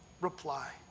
reply